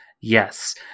Yes